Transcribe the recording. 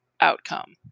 outcome